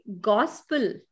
gospel